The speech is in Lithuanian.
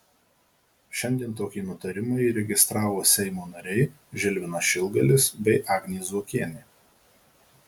šiandien tokį nutarimą įregistravo seimo nariai žilvinas šilgalis bei agnė zuokienė